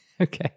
Okay